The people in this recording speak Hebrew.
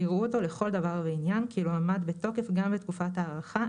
ויראו אותו לכל דבר וענייןכאילו עמד בתוקף גם בתקופת ההארכה,